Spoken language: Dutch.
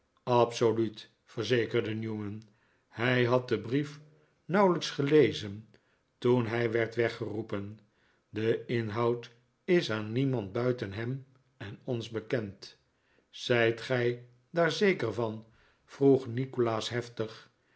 absoluut verzekerde newman hij had den brief nauwelijks gelezen toen hij werd weggeroepen de inhoud is aan niemand buiten hem en ons bekend zijt gij daar zeker van vroeg nikolaas heftig